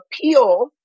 appeal